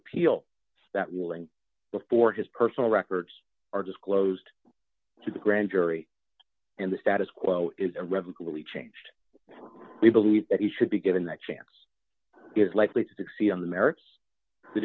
appeal that ruling before his personal records are disclosed to the grand jury and the status quo is really changed we believe that he should be given that chance is likely to succeed on